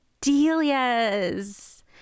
Delia's